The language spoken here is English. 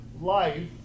life